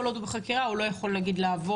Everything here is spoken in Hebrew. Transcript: עוד הוא בחקירה הוא לא יכול נגיד לעבוד